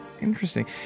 Interesting